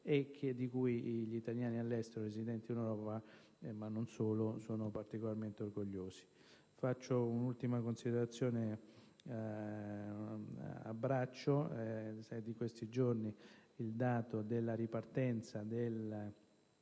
e di cui gli italiani all'estero residenti in Europa e non solo sono particolarmente orgogliosi. Faccio un'ultima considerazione. È di questi giorni il dato che segnala